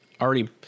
already